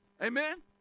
Amen